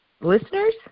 listeners